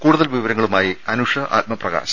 കൂടുതൽ വിവരങ്ങളുമായി അനുഷ ആത്മപ്രകാശ്